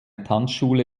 tanzschule